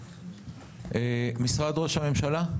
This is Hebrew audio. משרד ראש הממשלה,